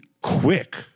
quick